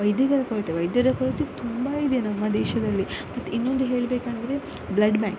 ವೈದ್ಯರ ಕೊರತೆ ವೈದ್ಯರ ಕೊರತೆ ತುಂಬ ಇದೆ ನಮ್ಮ ದೇಶದಲ್ಲಿ ಮತ್ತು ಇನ್ನೊಂದು ಹೇಳಬೇಕಂದ್ರೆ ಬ್ಲಡ್ ಬ್ಯಾಂಕ್